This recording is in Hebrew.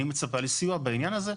אני מצפה לסיוע בעניין הזה.